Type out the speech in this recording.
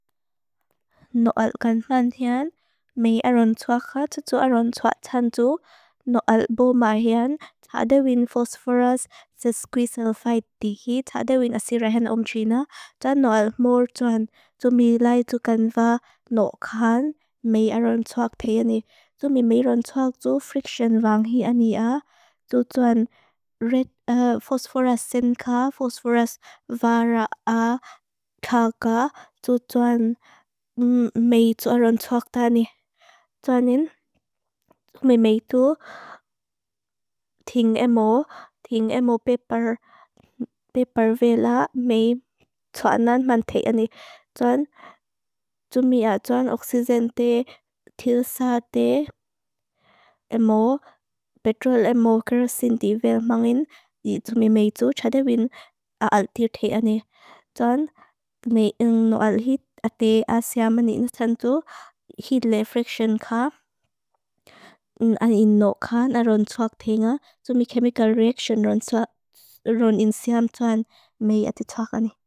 Noal ganfan hean, me aron tuaxat, tu aron tuax tan tu. Noal buma hean, ta de win phosphorous sesquicelphite di hi, ta de win acerahen omchina. Ta noal mur tuan, tu mi lai tu ganfa no kan, me aron tuax peyenei. Tu mi me aron tuax tu friction vang he ania. Tu tuan red phosphorous sinca, phosphorous vara a kaga, tu tuan mei tu aron tuax ta ania. Tuanin, tu mi mei tu ting emo, ting emo pepervela, mei tuanan man te ania. Tuan, tu mi a tuan oxyzen te, tilsa te, emo, petrol emo karusin di velmangin. I tu mi mei tu, ta de win aaltir te ania. Tuan, mei ng noal hit, a te a seaman ni ina tan tu, hit le friction kar, an ino kar, aron tuax te ania. Tu mi chemical reaction aron in seam tuan, mei ati tuax ania.